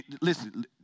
Listen